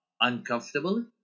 uncomfortable